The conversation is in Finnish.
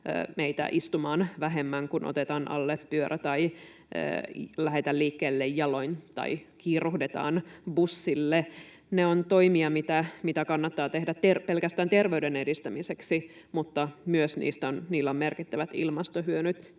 meitä istumaan vähemmän, kun otetaan alle pyörä tai lähdetään liikkeelle jaloin tai kiiruhdetaan bussille. Ne ovat toimia, mitä kannattaa tehdä pelkästään terveyden edistämiseksi, mutta niillä on myös merkittävät ilmastohyödyt.